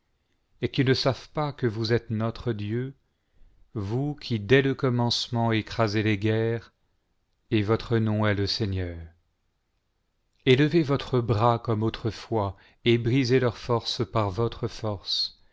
et qui ne savent pas que vous êtes notre dieu vous qui dès le commencement écrasez les guerres et votre nom est le seigneur élevez votre bras comme autrefois et brisez leur force par votre force